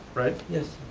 right? yes